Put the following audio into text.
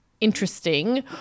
Interesting